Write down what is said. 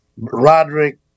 Roderick